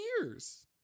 years